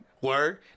Word